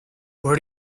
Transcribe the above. what